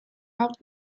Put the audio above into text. out